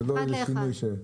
זה לא איזה שינוי?